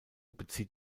bezieht